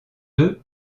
deux